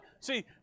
See